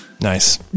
Nice